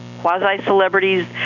quasi-celebrities